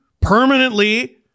permanently